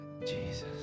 Jesus